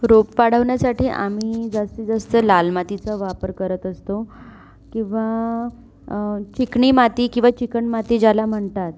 रोप वाढवण्यासाठी आम्ही जास्तीत जास्त लाल मातीचा वापर करत असतो किंवा चिकणी माती किंवा चिकणमाती ज्याला म्हणतात